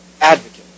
advocate